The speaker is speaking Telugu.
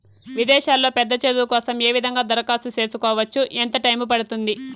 విదేశాల్లో పెద్ద చదువు కోసం ఏ విధంగా దరఖాస్తు సేసుకోవచ్చు? ఎంత టైము పడుతుంది?